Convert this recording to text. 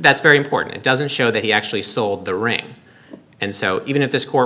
that's very important it doesn't show that he actually sold the ring and so even if this court